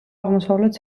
აღმოსავლეთ